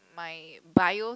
my bio